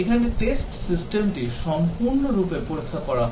এখানে টেস্ট সিস্টেমটি সম্পূর্ণরূপে পরীক্ষা করা হয়